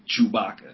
Chewbacca